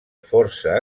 força